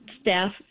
staff